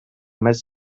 mes